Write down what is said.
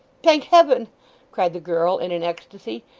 thank heaven cried the girl in an ecstasy.